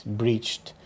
breached